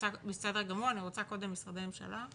בסדר גמור, אני רוצה קודם לשמוע את משרדי הממשלה.